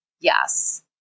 Yes